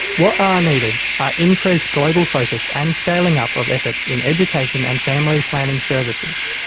what are needed are increased global focus and scaling up of efforts in education and family planning services.